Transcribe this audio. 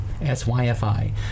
S-Y-F-I